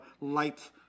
light